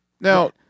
Now